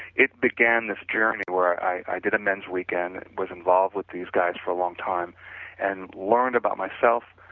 it began this journey where i did a men's weekend, was involved with these guys for long time and learned about myself,